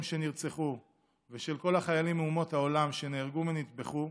שנרצחו ושל כל החיילים מאומות העולם שנהרגו ונטבחו